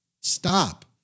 stop